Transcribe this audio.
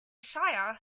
shire